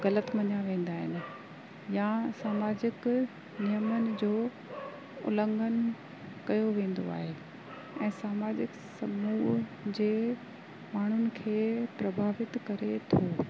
ग़लति मञिया वेंदा आहिनि या सामाजिक नियमन जो उलंघन कयो वेंदो आहे ऐं समाजिक समूह जे माण्हून खे प्रभावित करे थो